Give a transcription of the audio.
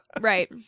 right